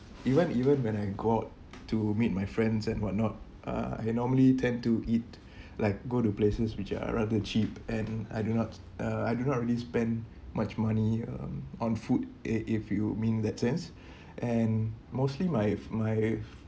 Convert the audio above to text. even even when I got to meet my friends and what not uh I normally tend to eat like go to places which are rather cheap and I do not uh I do not really spend much money um on food if if you mean that sense and mostly my my